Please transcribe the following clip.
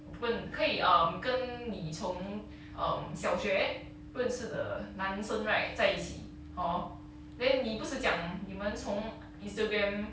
我不能可以 um 跟你从 um 小学不认识的男生 right 在一起 hor then 你不是讲你们从 instagram